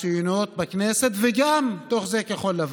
הציוניות בכנסת, ובתוך זה גם כחול לבן.